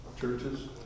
churches